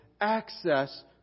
access